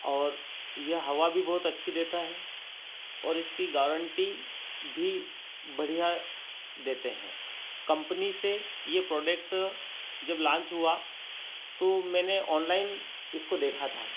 और यह हवा भी बहुत अच्छी देता है और इसकी गारंटी भी बढ़िया देते हैं कंपनी से ये प्रोडक्ट जब लांच हुआ तो मैंने ऑनलाइन इसको देखा था